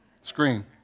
screen